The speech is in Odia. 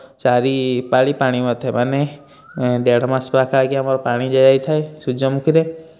ଚାରି ପାଳି ପାଣି ମାରି ଥାଏ ମାନେ ଦେଢ଼ ମାସ ପାଖାପାଖି ଆମର ପାଣି ଦିଆ ଯାଇଥାଏ ସୂର୍ଯ୍ୟମୂଖୀରେ